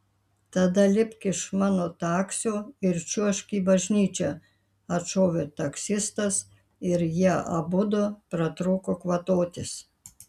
tada lipk iš mano taksio ir čiuožk į bažnyčią atšovė taksistas ir jie abudu pratrūko kvatotis